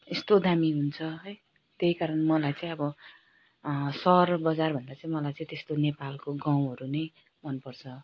यस्तो दामी हुन्छ है त्यही कारण मलाई चाहिँ अब सहर बजारभन्दा चाहिँ मलाई चाहिँ त्यस्तो नेपालको गाउँहरू नै मनपर्छ